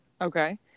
Okay